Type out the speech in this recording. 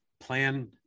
plan